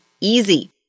easy